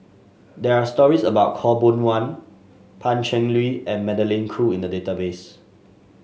there are stories about Khaw Boon Wan Pan Cheng Lui and Magdalene Khoo in the database